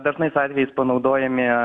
dažnais atvejais panaudojami